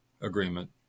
agreement